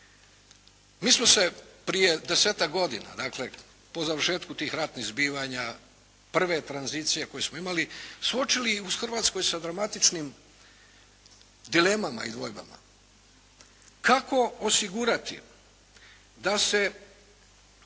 Mi smo se prije desetak godina, dakle po završetku tih ratnih zbivanja, prve tranzicije koju smo imali, suočili u Hrvatskoj sa dramatičnim dilemama i dvojbama kako osigurati da se